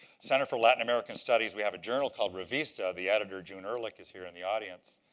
center for latin american studies, we have a journal called revista. the editor, june erlick, is here in the audience.